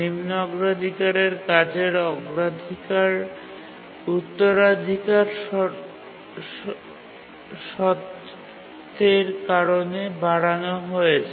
নিম্ন অগ্রাধিকারের কাজটি প্রাওরিটি ইনহেরিটেন্স শর্তের সাহায্যে বাড়ানো হয়